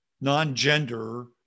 non-gender